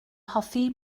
hoffi